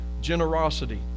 Generosity